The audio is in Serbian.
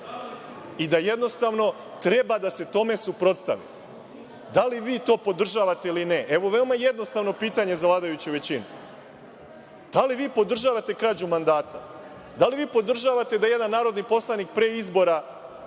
i da jednostavno treba da se tome suprotstavimo. Da li vi to podržavate ili ne? Evo, veoma jednostavno pitanje za vladajuću većinu. Da li vi podržavate krađu mandata? Da li vi podržavate da jedan narodni poslanik pre izbora